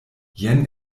jen